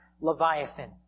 Leviathan